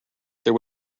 there